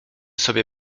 sobie